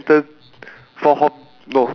ya but then right C_S-go